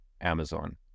Amazon